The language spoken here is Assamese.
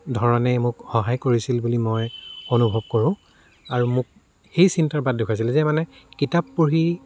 ধৰণেই মোক সহায় কৰিছিল বুলি মই অনুভৱ কৰোঁ আৰু মোক সেই চিন্তাৰ বাট দেখুৱাইছিলে যে মানে কিতাপ পঢ়ি